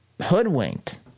hoodwinked